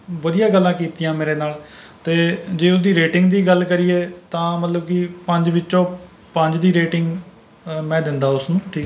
ਵਧੀਆ ਗੱਲਾਂ ਕੀਤੀਆ ਮੇਰੇ ਨਾਲ ਅਤੇ ਜੇ ਉਸਦੀ ਰੇਟਿੰਗ ਦੀ ਗੱਲ ਕਰੀਏ ਤਾਂ ਮਤਲਬ ਕਿ ਪੰਜ ਵਿੱਚੋਂ ਪੰਜ ਦੀ ਰੇਟਿੰਗ ਮੈਂ ਦਿੰਦਾ ਉਸਨੂੰ ਠੀਕ